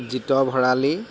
Jeet Bharali